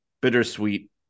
bittersweet